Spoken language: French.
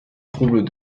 trouble